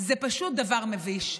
זה פשוט דבר מביש.